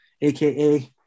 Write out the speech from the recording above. aka